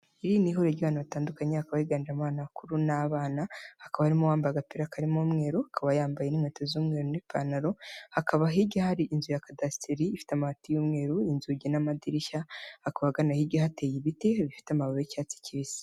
Iri ni huriro ry'abantu batandukanye, hakaba higanjemo abakuru n'abana; hakaba harimo uwambaye agapira karimo umweru, akaba yambaye n'inkweto z'umweru n'ipantaro. Hakaba hirya hari inzu ya Kadasitiri ifite amati y'umweru, inzugi n'amadirishya; hakaba ahagana hirya hateye ibiti bifite amababi y'icyatsi kibisi.